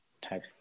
type